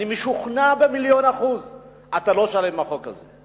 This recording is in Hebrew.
אני משוכנע במיליון אחוז שאתה לא שלם עם החוק הזה.